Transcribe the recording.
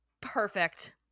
Perfect